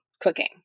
cooking